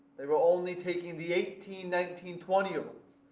they were only taking the eighteen, nineteen, twenty year olds.